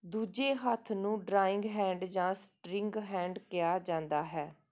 ਦੂਜੇ ਹੱਥ ਨੂੰ ਡਰਾਇੰਗ ਹੈਂਡ ਜਾਂ ਸਟਰਿੰਗ ਹੈਂਡ ਕਿਹਾ ਜਾਂਦਾ ਹੈ